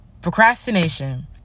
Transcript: Procrastination